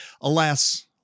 Alas